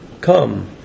Come